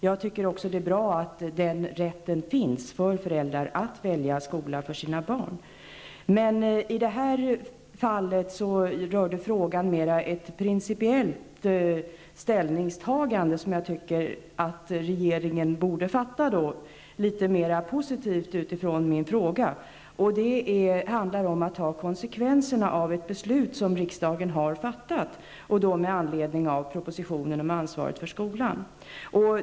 Jag tycker också att det är bra att rätten för föräldrar att välja skola för sina barn finns, men i det här fallet rörde frågan mer ett principiellt ställningstagande som jag tycker att regeringen borde göra på ett mer positivt sätt med utgångspunkt i min fråga. Det handlar om att ta konsekvenserna av ett beslut som riksdagen har fattat med anledning av propositionen om ansvaret för skolan.